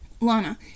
Lana